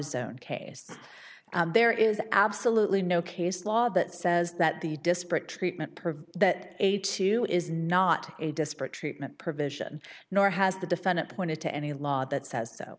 autozone case there is absolutely no case law that says that the disparate treatment per that a two is not a disparate treatment provision nor has the defendant pointed to any law that says